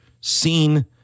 seen